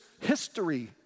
history